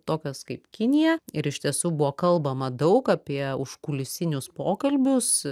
tokios kaip kinija ir iš tiesų buvo kalbama daug apie užkulisinius pokalbius